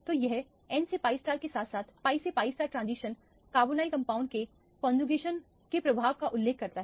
तो यह n से pi के साथ साथ pi से pi ट्रांजिशन कार्बोनाइल कंपाउंड्स के कौनजुकेशन के प्रभाव का उल्लेख करता है